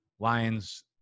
Lions